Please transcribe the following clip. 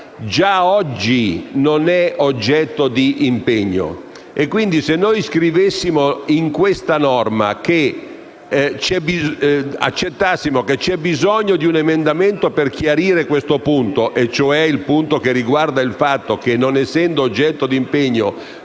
già oggi non è oggetto di impegno. Quindi, se noi scrivessimo in questa norma e accettassimo il fatto che c'è bisogno di un emendamento per chiarire questo punto (che riguarda il fatto che, non essendo oggetto di impegno,